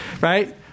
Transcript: right